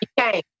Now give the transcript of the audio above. Okay